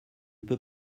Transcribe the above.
peux